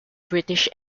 british